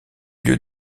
lieu